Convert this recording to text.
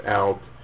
out